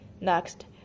Next